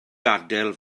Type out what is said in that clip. gadael